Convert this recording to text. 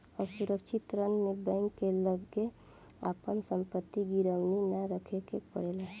असुरक्षित ऋण में बैंक के लगे आपन संपत्ति गिरवी ना रखे के पड़ेला